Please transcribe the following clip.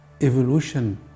Evolution